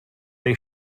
they